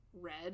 red